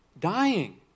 dying